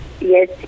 Yes